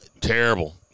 terrible